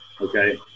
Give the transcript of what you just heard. okay